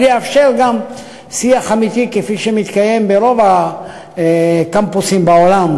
אבל יאפשר גם שיח אמיתי כפי שמתקיים ברוב הקמפוסים בעולם,